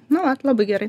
nu vat labai gerai